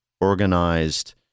organized